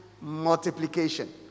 multiplication